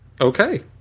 Okay